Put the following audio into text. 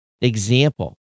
example